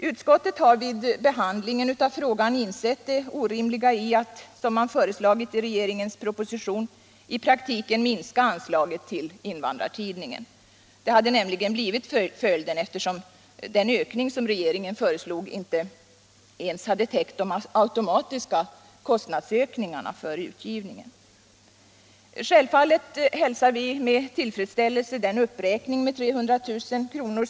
Utskottet har vid behandlingen av frågan insett det orimliga i att, som man föreslagit i regeringens proposition, i praktiken minska anslaget till Invandrartidningen. Det hade nämligen blivit följden, eftersom den ökning som regeringen föreslog inte ens hade täckt de automatiska kostnadsökningarna för utgivningen. Självfallet hälsar vi med tillfredsställelse den uppräkning med 300 000 kr.